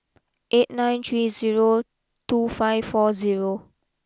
eight nine three zero two five four zero